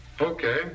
Okay